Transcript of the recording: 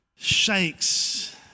Shakes